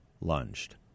lunged